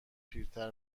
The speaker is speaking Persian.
پیرتر